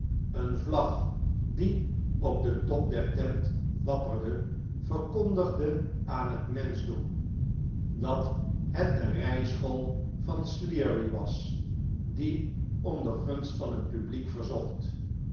eene vlag die op den top der tent wapperde verkondigde aan het menschdom dat het de rijschool van sleary was die om de gunst van het publiek verzocht